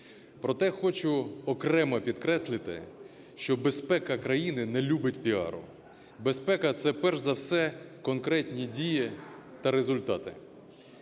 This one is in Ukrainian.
Проте хочу окремо підкреслити, що безпека країни не любить піару, безпека – це, перш за все, конкретні дії та результати,